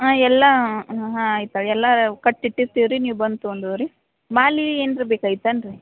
ಹಾಂ ಎಲ್ಲ ಹ್ಞು ಹಾಂ ಆಯ್ತು ಎಲ್ಲ ಕಟ್ಟಿಟ್ಟಿರ್ತೀವಿ ರೀ ನೀವು ಬಂದು ತೊಗೊಂಡ್ ಹೋಗ್ರಿ ಮಾಲೆ ಏನರ ಬೇಕಾಗಿತನ್ರೀ